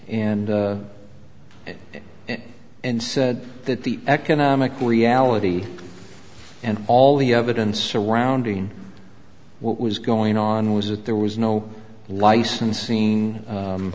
and and said that the economic reality and all the evidence surrounding what was going on was that there was no license scen